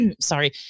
sorry